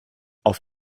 auf